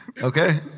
Okay